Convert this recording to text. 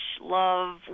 love